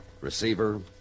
Receiver